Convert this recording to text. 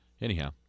Anyhow